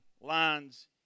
lines